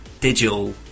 digital